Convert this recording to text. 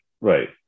Right